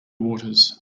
waters